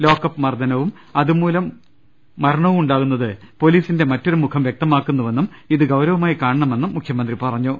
lockup മർദ്ദനവും അതുമൂലം മരണവും ഉണ്ടാകുന്നത് പൊലീസിന്റെ മറ്റൊരു മുഖം വൃക്തമാക്കുന്നുവെന്നും ഇത് ഗൌരവ മായി കാണണമെന്നും മുഖ്യമന്ത്രി പറഞ്ഞു